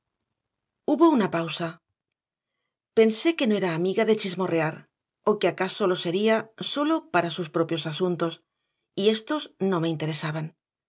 hubo una pausa pensé que no era amiga de chismorrear o que acaso lo sería sólo para sus propios asuntos y estos no me interesaban